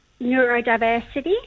neurodiversity